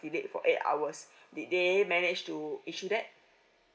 delay for eight hours did they manage to issue that